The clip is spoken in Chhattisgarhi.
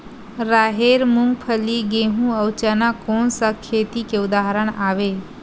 राहेर, मूंगफली, गेहूं, अउ चना कोन सा खेती के उदाहरण आवे?